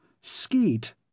Skeet